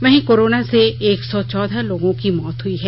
वहीं कोरोना से एक सौ चौदह लोगों की मौत हुई है